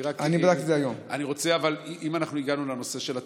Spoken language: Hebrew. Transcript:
אבל אם הגענו לנושא הטיסות,